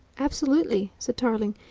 absolutely, said tarling,